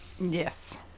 yes